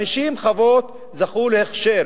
50 חוות זכו להכשר.